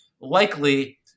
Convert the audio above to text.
likely